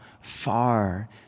far